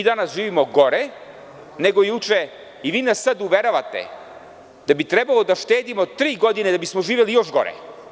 Danas živimo gore nego juče i vi nas sada uveravate da bi trebalo da štedimo tri godine da bismo živeli još gore.